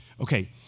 Okay